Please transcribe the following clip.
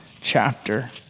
chapter